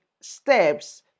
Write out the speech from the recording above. steps